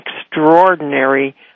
extraordinary